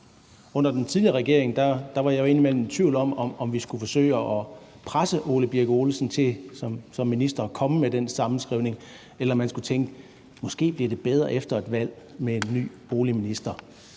Under den tidligere regering var jeg indimellem i tvivl om, om vi skulle forsøge at presse hr. Ole Birk Olesen til som minister at komme med den sammenskrivning, eller om man skulle tænke, at det måske bliver bedre efter et valg og med en ny boligminister.